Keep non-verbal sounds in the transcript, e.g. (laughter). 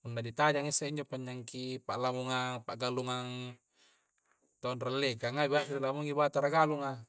punna ditajengisse injo pandangki pa'lamunga pa'galungang (hesitation) ri dallekangan biasa ri lamungi batara galunga.